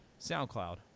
SoundCloud